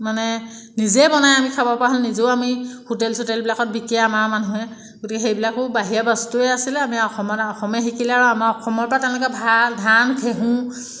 মানে নিজে বনাই আমি খাব পৰা হ'লোঁ নিজেও আমি হোটেল চোটেলবিলাকত বিকে আমাৰ মানুহে গতিকে সেইবিলাকো বাহিৰা বস্তুৱে আছিলে আমি অসমত অসমে শিকিলে আৰু আমাৰ অসমৰপৰা তেওঁলোকে ভাল ধান ঘেঁহু